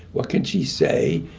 what can she say?